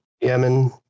Yemen